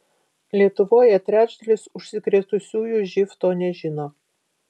lietuvoje trečdalis užsikrėtusiųjų živ to nežino